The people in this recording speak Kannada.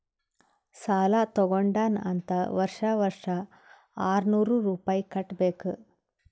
ಸಾಲಾ ತಗೊಂಡಾನ್ ಅಂತ್ ವರ್ಷಾ ವರ್ಷಾ ಆರ್ನೂರ್ ರುಪಾಯಿ ಕಟ್ಟಬೇಕ್